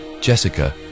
Jessica